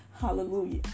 Hallelujah